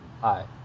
hi